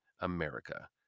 America